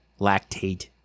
Lactate